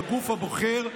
בגוף הבוחר,